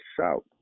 shout